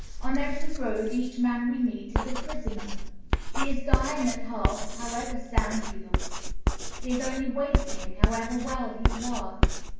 on every road each man we meet is a prisoner he is dying at heart, however sound he looks he is only waiting, however well he works.